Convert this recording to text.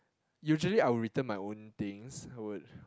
usually I would return my own things I would